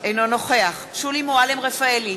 אינו נוכח שולי מועלם-רפאלי,